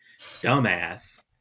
dumbass